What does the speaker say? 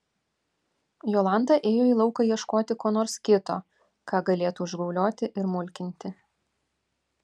jolanta ėjo į lauką ieškoti ko nors kito ką galėtų užgaulioti ir mulkinti